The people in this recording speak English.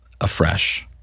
afresh